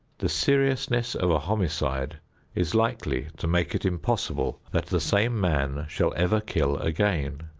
the seriousness of a homicide is likely to make it impossible that the same man shall ever kill again.